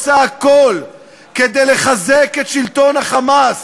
עושה הכול כדי לחזק את שלטון ה"חמאס".